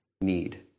need